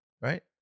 Right